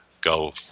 Go